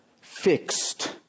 fixed